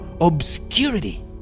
obscurity